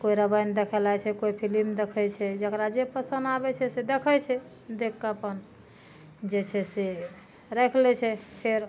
कोइ रामायण देखऽ लागै छै कोइ फिलिम देखै छै जेकर जे पसन्द आबै छै से देखै छै देख कऽ अपन जे छै से राखि लै छै फेर